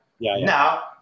Now